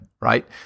right